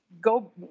go